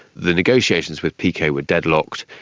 the negotiations with picot were deadlocked.